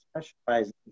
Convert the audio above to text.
specializing